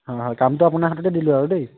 হয় হয় কামটো আপোনাৰ হাততে দিলো আৰু দেই